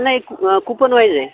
नाही coupon wise आहे